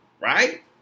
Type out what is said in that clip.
right